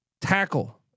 Tackle